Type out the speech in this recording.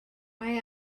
mae